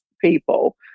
people